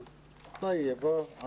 יחד עם המנהל מחליטים כמה תהיה הגביה בפועל.